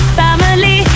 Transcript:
family